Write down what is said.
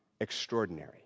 extraordinary